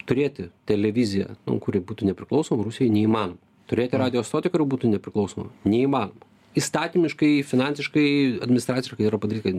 turėti televiziją kuri būtų nepriklausoma rusijoj neįmanoma turėti radijo stotį kuri būtų nepriklausoma neįmanoma įstatymiškai finansiškai administraciškai yra padrikai